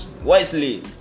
wisely